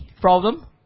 problem